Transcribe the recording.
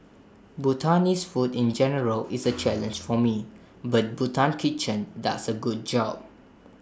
Bhutanese food in general is A challenge for me but Bhutan kitchen does A good job